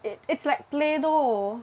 it it's like Play-Doh